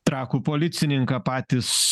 trakų policininką patys